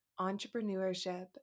entrepreneurship